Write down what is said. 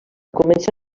comença